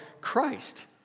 Christ